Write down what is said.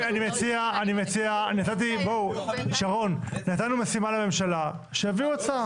נתנו משימה לממשלה, שיביאו הצעה.